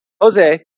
Jose